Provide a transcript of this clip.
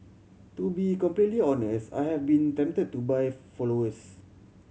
to be completely honest I have been tempted to buy followers